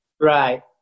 Right